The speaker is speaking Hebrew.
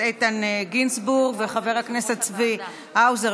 איתן גינזבורג ואת חבר הכנסת צבי האוזר,